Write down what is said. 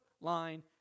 line